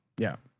yeah.